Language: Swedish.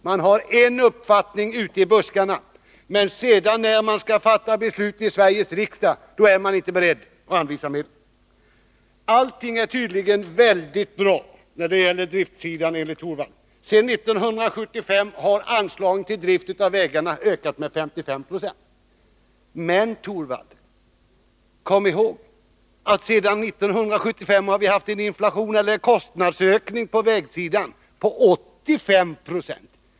Man har en uppfattning ute i buskarna, men sedan när man skall fatta beslut i Sveriges riksdag är man inte beredd att anvisa medel. När det gäller driftsidan är allting tydligen väldigt bra enligt Rune Torwald. Sedan 1975 har anslagen till drift av vägarna ökat med 55 96. Men, Rune Torwald, kom ihåg att sedan 1975 har vi haft en inflation, eller en kostnadsökning, på vägsidan på 85 906!